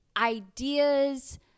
ideas